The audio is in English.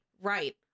right